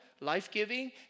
life-giving